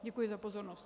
Děkuji za pozornost.